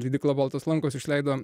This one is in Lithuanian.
leidykla baltos lankos išleido